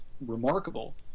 remarkable